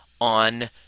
on